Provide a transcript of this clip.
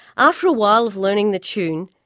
after a while of learning the tune,